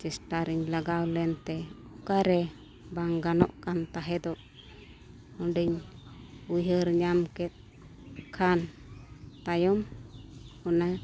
ᱪᱮᱥᱴᱟ ᱨᱮᱧ ᱞᱟᱜᱟᱣ ᱞᱮᱱᱛᱮ ᱚᱠᱟᱨᱮ ᱵᱟᱝ ᱜᱟᱱᱚᱜ ᱠᱟᱱ ᱛᱟᱦᱮᱸ ᱫᱚ ᱚᱸᱰᱮᱧ ᱩᱭᱦᱟᱹᱨ ᱧᱟᱢ ᱠᱮᱫ ᱠᱷᱟᱱ ᱛᱟᱭᱚᱢ ᱚᱱᱟ